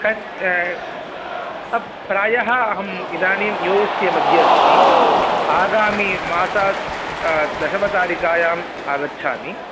प्रायः अहम् इदाणीम् यु एस् ए मध्ये अस्मि आगामीमासात् दशमतारिकायां आगच्छामि